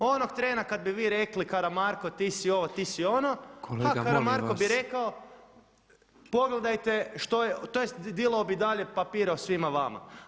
Onog trena kad bi vi rekli Karamarko ti si ovo, ti si ono pa Karamarko bi rekao [[Upadica predsjednik: Pa kolega molim vas.]] pogledajte što je, tj. dilao bi i dalje papire o svima vama.